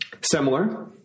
Similar